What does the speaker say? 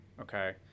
Okay